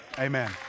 Amen